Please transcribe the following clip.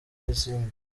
n’izindi